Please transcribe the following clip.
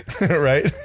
Right